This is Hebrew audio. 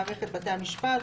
מערכת בתי המשפט.